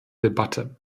debatte